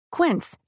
Quince